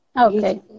Okay